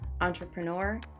entrepreneur